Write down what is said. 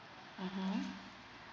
mmhmm